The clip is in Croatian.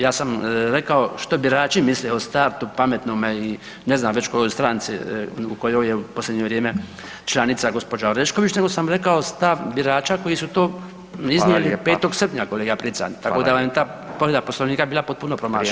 Ja sam rekao što birači misle o Startu, Pametnome i ne znam već kojoj stranci u kojoj je u posljednje vrijeme članica gđa. Orešković, nego sam rekao stav birača koji su to iznijeli 5. srpnja kolega Prica, tako da vam je ta povreda Poslovnika bila potpuno promašena.